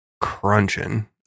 crunching